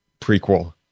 prequel